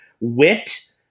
wit